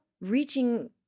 reaching